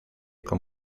con